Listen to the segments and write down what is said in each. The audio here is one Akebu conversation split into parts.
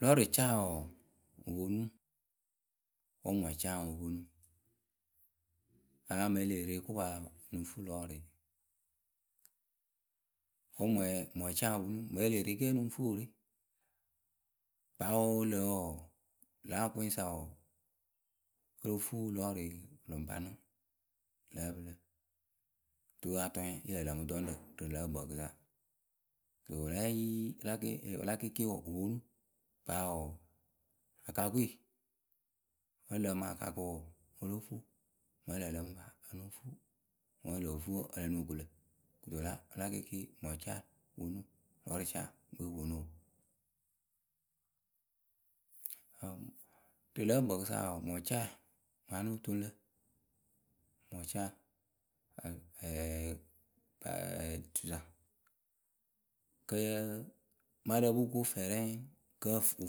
Lɔrɩcaa wɔɔ, wǝ ponu mǝ mɔcaa wɔɔ wǝ ponu. Paa mǝŋ e lee re kopa ǝ ŋ fuu lɔrɩ. Wǝ́ mɔcaa ponu mǝŋ e lee ke o ŋ fuu re. Paa wǝ wǝ lǝ wɔɔ, lǎ akʊŋ sa wɔɔ, o lóo fuu lɔrɩ lǝŋ panɨ lǝ́ǝ pɨlɨ. Ɖo atɔŋ, yǝ lǝmɨ tɔŋrǝ rǝ lǝ̌ ǝkpǝǝkǝ sa. kɨto rɛyɩɩ wǝ la kɩɩkɩɩ wɔɔ, wǝ ponu. Paa wɔɔ, Mǝŋ ǝ lǝǝmɨ akaakǝ wɔɔ, o lóo fuu mǝŋ ǝ lǝǝ lǝmɨ paa o lǝŋ fuu. Mǝŋ o loo fuu wɔɔ, ǝlǝ ŋ noh ku lǝ̈ Kɨto wǝla kɩɩkɩɩ mɔcaa ponu, lɔrɩcaa ŋwe ponu Rǝ lǝ̌ ǝkpǝǝkǝ sa wɔɔ, mɔcaa ŋwǝ ŋ ya nóo toŋ lǝ. mɔcaa paa tu sa kǝ́ mǝŋ ǝ lǝh pɨ o ko fɛɛrɛ kɨ wǝ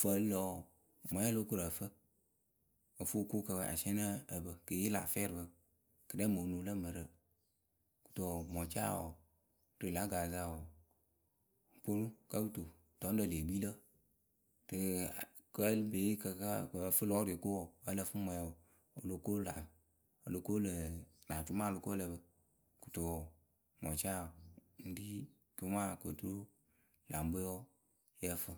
fǝǝlɨ lǝ̈ wɔɔ, mɔyǝ wǝ́ o lóo koru ǝ fɨ. Ǝ fɨ o ko kɨ asiɛnɩ ǝ pǝ ke yee lä affaire pǝ kɨ rɛ ŋ poo nuŋ wǝ lǝ mǝrǝ. Kɨto wɔɔ mɔcaa wɔɔ, rǝ lǎ gaarǝ sa wɔɔ, ponu; Kǝ́ kɨto? Dɔŋrǝ lee kpii lǝ Rǝ kǝ́ e lǝŋ pe yee kɨ ǝ pǝ fɩ lɔrɩ o ko wɔɔ, wǝ́ ǝ lǝ fɩ mɔyǝ wɔɔ, o lóo ko o lo ko lǝ̈ acʊma o lo ko ǝ lǝ pǝ. Kɨto wɔɔ, mɔcaa ŋ ri cʊma koturu la ŋkpɛ wɔɔ, yǝ fɨ.